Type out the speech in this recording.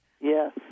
Yes